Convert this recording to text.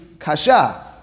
Kasha